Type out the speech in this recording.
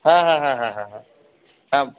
হ্যাঁ হ্যাঁ হ্যাঁ হ্যাঁ হ্যাঁ হ্যাঁ হ্যাঁ